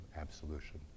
absolution